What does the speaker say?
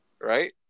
Right